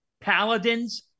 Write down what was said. Paladins